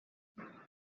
uma